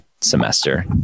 semester